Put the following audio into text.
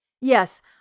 Yes